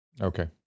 Okay